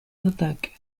ataques